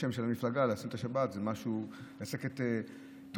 בשם של המפלגה לשים את השבת, לצקת תוכן.